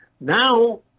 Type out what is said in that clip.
Now